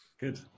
Good